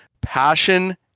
Passion